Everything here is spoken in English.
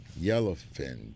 yellowfin